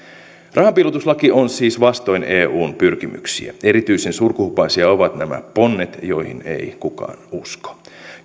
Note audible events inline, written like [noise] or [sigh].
rahanpiilotuslaki on siis vastoin eun pyrkimyksiä erityisen surkuhupaisia ovat [unintelligible] nämä ponnet joihin ei kukaan usko